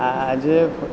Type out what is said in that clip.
આજે